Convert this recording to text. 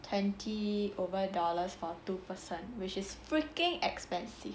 twenty over dollars for two person which is freaking expensive